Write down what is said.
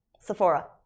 Sephora